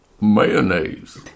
Mayonnaise